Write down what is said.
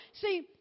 See